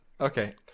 Okay